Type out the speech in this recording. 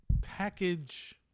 package